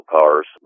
cars